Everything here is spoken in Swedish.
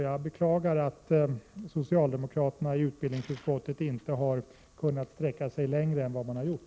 Jag beklagar alltså att socialdemokraterna i utbildningsutskottet inte har kunnat sträcka sig längre än vad man har gjort.